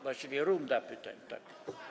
Właściwie runda pytań, tak.